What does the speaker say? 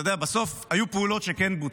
אתה יודע, בסוף היו פעולות שכן בוצעו.